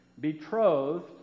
Betrothed